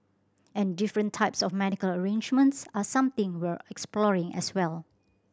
and different types of medical arrangements are something we're exploring as well